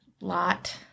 lot